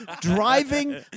driving